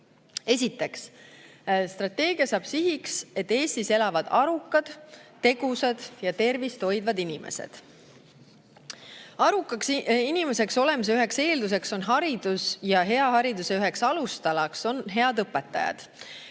lõikes. Esiteks, strateegia seab sihiks, et Eestis elavad arukad, tegusad ja tervist hoidvad inimesed. Arukaks inimeseks olemise üks eeldus on haridus ja hea hariduse üks alustala on head õpetajad.